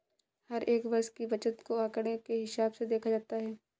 हर एक वर्ष की बचत को आंकडों के हिसाब से देखा जाता है